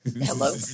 hello